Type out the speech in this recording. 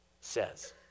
says